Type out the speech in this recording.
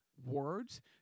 words